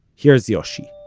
here's yoshi